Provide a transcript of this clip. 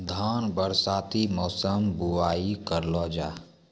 धान बरसाती मौसम बुवाई करलो जा?